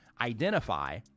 identify